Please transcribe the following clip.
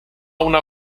una